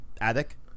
attic